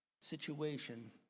situation